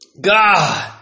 God